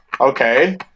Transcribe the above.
Okay